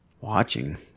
watching